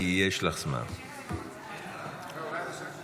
בבקשה, גברתי.